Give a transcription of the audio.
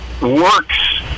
works